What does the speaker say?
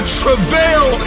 travail